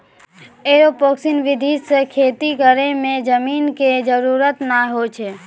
aeroponics विधि सॅ खेती करै मॅ जमीन के जरूरत नाय होय छै